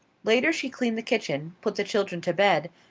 later she cleaned the kitchen, put the children to bed,